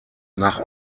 nach